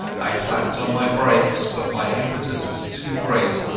i clapped on my brakes, but my impetus was too great,